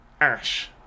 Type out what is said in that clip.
ash